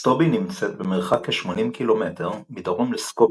סטובי נמצאת במרחק כ-80 ק"מ מדרום לסקופיה,